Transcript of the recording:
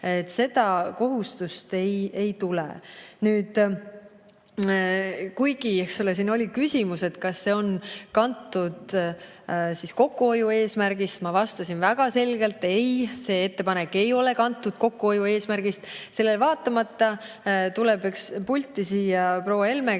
seda kohustust ei tule. Kuigi, eks ole, siin oli küsimus, et kas see on kantud kokkuhoiu eesmärgist. Ma vastasin väga selgelt, et ei, see ettepanek ei ole kantud kokkuhoiu eesmärgist. Sellele vaatamata tuleb siia pulti proua Helme,